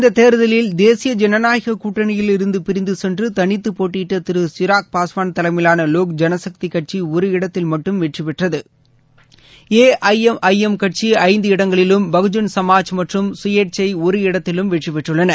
இந்த தேர்தலில் தேசிய ஜனநாயக கூட்டணியில் இருந்து பிரிந்து சென்று தனித்து போட்டியிட்ட திரு சிராக் பாஸ்வான் தலைமையிலான லோக் ஜனசக்தி கட்சி ஒரு இடத்தில் மட்டும் வெற்றி பெற்றது A I M I M கட்சி ஐந்து இடங்களிலும் பகுஜள் சமாஜ் மற்றும் சுயேட்சை ஒரு இடத்திலும் வெற்றி பெற்றுள்ளன